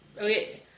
okay